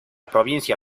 provincia